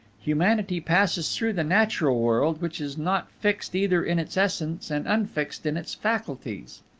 humanity passes through the natural world, which is not fixed either in its essence and unfixed in its faculties.